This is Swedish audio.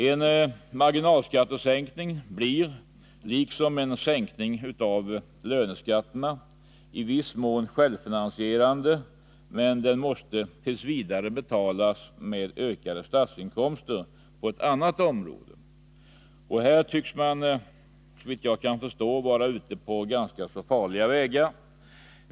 En marginalskattesänkning blir liksom en sänkning av löneskatterna i viss mån självfinansierande, men den måste åtminstone t. v. betalas genom ökade statsinkomster på ett annat område. Här tycks man, såvitt jag kan förstå, vara ute på ganska så farliga vägar.